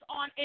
on